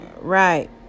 Right